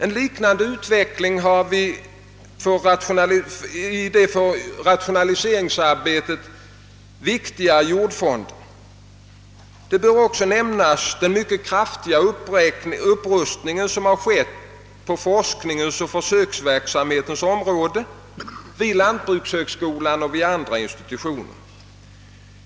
En liknande utveckling har vi i fråga om den för rationaliseringsarbetet viktiga jordfonden. Den mycket kraftiga upprustning som har gjorts på forskningens och försöksverksamhetens områden vid lantbrukshögskolan och andra institutioner bör också nämnas.